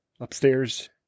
upstairs